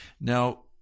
now